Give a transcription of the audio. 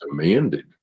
demanded